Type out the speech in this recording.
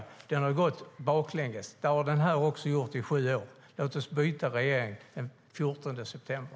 Deras politik har gått baklänges, och det har den här också gjort i sju år. Låt oss byta regering den 14 september!